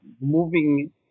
moving